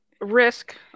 Risk